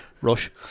Rush